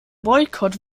boykott